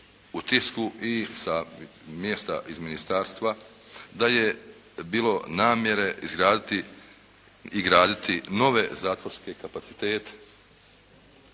u tisku i sa mjesta iz ministarstva, da je bilo namjere izgraditi i graditi nove zatvorske kapacitete.